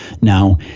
Now